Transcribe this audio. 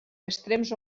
extrems